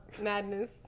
madness